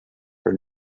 for